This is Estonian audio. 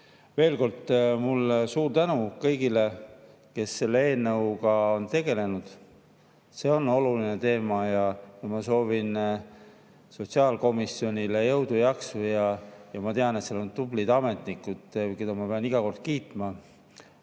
Veel kord, suur tänu kõigile, kes selle eelnõuga on tegelenud. See on oluline teema ja ma soovin sotsiaalkomisjonile jõudu ja jaksu. Ma tean, et seal on tublid ametnikud, keda ma pean iga kord kiitma.